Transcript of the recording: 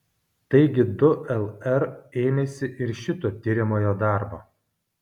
taigi du lr ėmėsi ir šito tiriamojo darbo